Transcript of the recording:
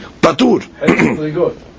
patur